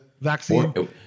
vaccine